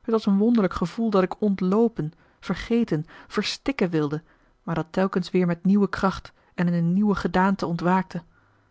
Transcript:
het was een wonderlijk gevoel dat ik ontloopen vergeten verstikken wilde maar dat telkens weer met nieuwe kracht en in een nieuwe gedaante ontwaakte